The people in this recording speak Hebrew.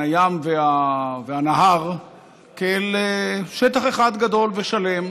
בין הים והנהר כאל שטח אחד גדול ושלם.